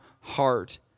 heart